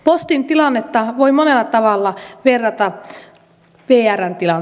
postin tilannetta voi monella tavalla verrata vrn tilanteeseen